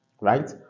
right